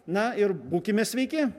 na ir būkime sveiki